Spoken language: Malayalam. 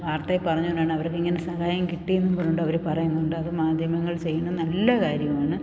വാർത്തയിൽ പറഞ്ഞുകൊണ്ടാണ് അവർക്കിങ്ങനെ സഹായം കിട്ടിയതെന്നും പറഞ്ഞുകൊണ്ട് അവർ പറയന്നുണ്ട് അത് മാധ്യമങ്ങൾ ചെയ്യുന്ന നല്ല കാര്യമാണ്